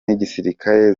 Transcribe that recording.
n’igisirikare